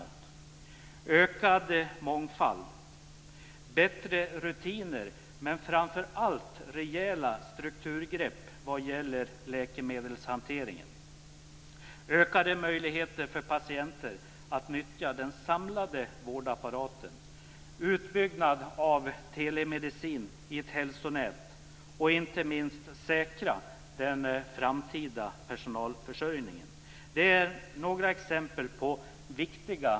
Några exempel på viktiga och nödvändiga strukturella grepp är ökad mångfald, bättre rutiner men framför allt rejäla strukturgrepp vad gäller läkemedelshanteringen, ökade möjligheter för patienter att nyttja den samlade vårdapparaten, utbyggnad av telemedicin i ett hälsonät och inte minst en säkrad framtida personalförsörjning.